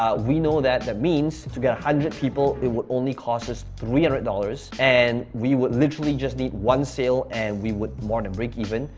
um we know that the means to get a hundred people, it would only cost us three and hundred dollars and we would literally just need one sale. and we would more than break even.